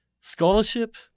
scholarship